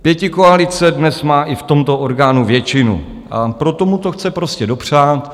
Pětikoalice dnes má i v tomto orgánu většinu, a proto mu to chce prostě dopřát.